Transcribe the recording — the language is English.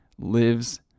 lives